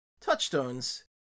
touchstones